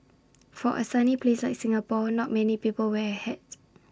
for A sunny place like Singapore not many people wear A hat